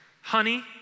honey